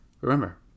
Remember